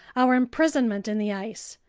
our imprisonment in the ice,